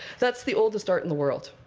that's the oldest art in the world.